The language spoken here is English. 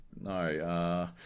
No